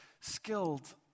skilled